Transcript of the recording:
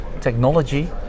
technology